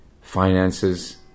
finances